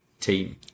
team